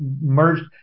merged